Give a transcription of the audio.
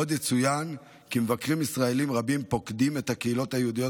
עוד יצוין כי מבקרים ישראלים רבים פוקדים את הקהילות היהודיות,